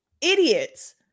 idiots